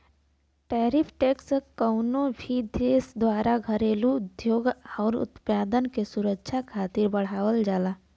tariff tax कउनो भी देश द्वारा घरेलू उद्योग आउर उत्पाद के सुरक्षा खातिर बढ़ावल जाला